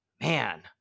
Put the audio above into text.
man